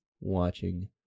Watching